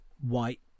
white